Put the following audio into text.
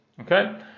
Okay